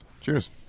Cheers